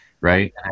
right